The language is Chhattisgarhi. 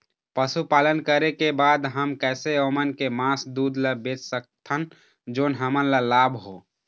पशुपालन करें के बाद हम कैसे ओमन के मास, दूध ला बेच सकत हन जोन हमन ला लाभ हो?